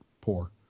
poor